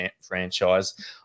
franchise